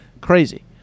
crazy